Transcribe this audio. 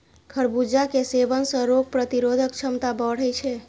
खरबूजा के सेवन सं रोग प्रतिरोधक क्षमता बढ़ै छै